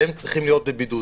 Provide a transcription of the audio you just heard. שהם צריכים להיות בבידוד